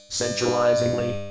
centralizingly